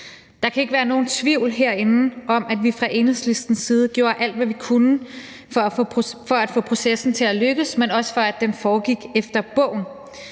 Der kan ikke være nogen tvivl herinde om, at vi fra Enhedslistens side gjorde alt, hvad vi kunne, for at få processen til at lykkes, men også for at den foregik efter bogen,